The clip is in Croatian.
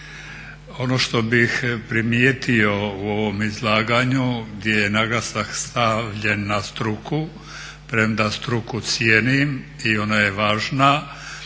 Ono što bih primijetio u ovom izlaganju gdje je naglasak stavljen na struku premda struku cijenim i ona je važna,